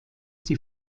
die